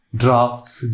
drafts